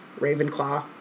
Ravenclaw